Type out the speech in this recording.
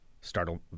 startled